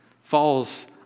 falls